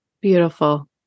Beautiful